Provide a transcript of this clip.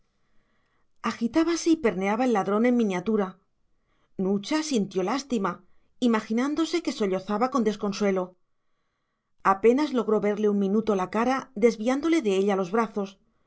agitábase y perneaba el ladrón en miniatura nucha sintió lástima imaginándose que sollozaba con desconsuelo apenas logró verle un minuto la cara desviándole de ella los brazos